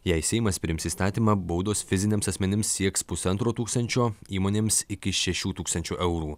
jei seimas priims įstatymą baudos fiziniams asmenims sieks pusantro tūkstančio įmonėms iki šešių tūkstančių eurų